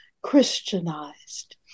Christianized